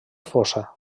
fosa